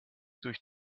durch